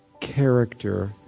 character